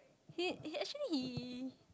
he he actually he